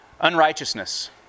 Unrighteousness